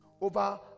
over